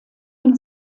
dem